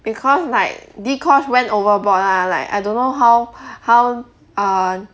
because like dee-kosh went overboard lah like I don't know how how err